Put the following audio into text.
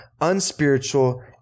unspiritual